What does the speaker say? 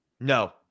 No